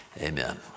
Amen